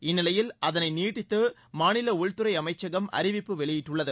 இந்நிலையில் அதனை நீடித்து மாநில உள்துறை அமைச்சகம் அறிவிப்பு வெளியிட்டுள்ளது